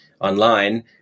online